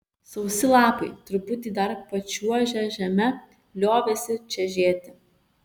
sausi lapai truputį dar pačiuožę žeme liovėsi čežėti